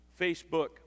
Facebook